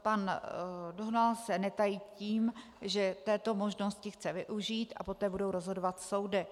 Pan Dohnal se netají tím, že této možnosti chce využít, a poté budou rozhodovat soudy.